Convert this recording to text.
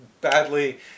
badly